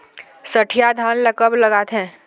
सठिया धान ला कब लगाथें?